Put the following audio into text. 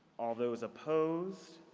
all those opposed?